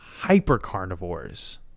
hypercarnivores